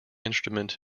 instrument